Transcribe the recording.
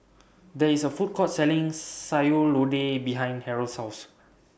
There IS A Food Court Selling Sayur Lodeh behind Harrell's House